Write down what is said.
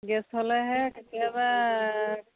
gas হ'লেহে কেতিয়াবা